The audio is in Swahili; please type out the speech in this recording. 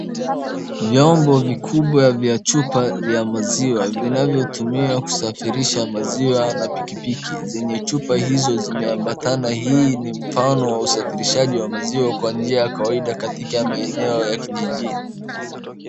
Vyombo vikubwa vya chupa ya maziwa vinavyotumiwa kusafirisha maziwa na pikipiki zenye chupa hizo zimeambatana. Hii ni mfano wa usafirishaji wa maziwa kwa njia ya kawaida katika maeno ya kijijini.